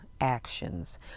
actions